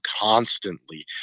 constantly